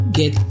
get